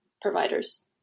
providers